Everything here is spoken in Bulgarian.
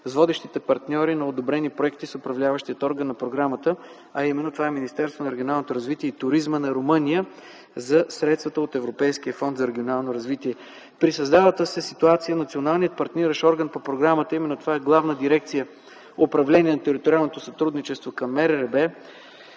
- водещите партньори на одобрени проекти с управляващия орган на програмата, а именно това е Министерството на регионалното развитие и туризма на Румъния, за средствата от Европейския фонд за регионално развитие. При създалата се ситуация националният партниращ орган по програмата, именно това е Главна дирекция „Управление на териториалното сътрудничество” към